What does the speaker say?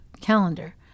calendar